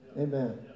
Amen